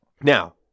now